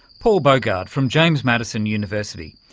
paul bogard from james madison university.